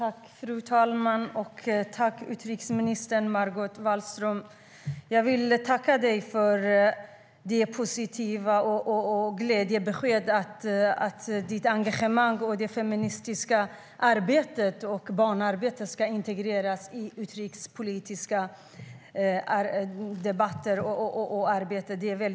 Fru talman! Jag vill tacka utrikesminister Margot Wallström för det positiva glädjebeskedet om och engagemanget för att det feministiska arbetet och barnarbete ska integreras i utrikespolitiska debatter och det utrikespolitiska arbetet.